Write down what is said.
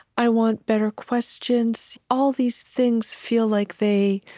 i want better questions. all these things feel like they